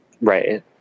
Right